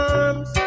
arms